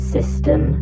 System